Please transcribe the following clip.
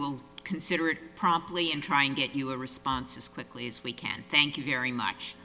will consider it promptly and try and get you a response as quickly as we can thank you very much